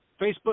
Facebook